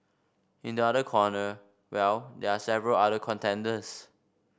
in the other corner well they are several other contenders